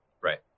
Right